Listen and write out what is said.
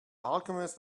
alchemist